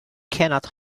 cannot